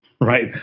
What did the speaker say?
right